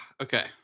Okay